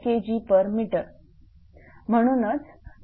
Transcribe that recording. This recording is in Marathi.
7807 Kgm